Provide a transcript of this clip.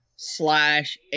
Slash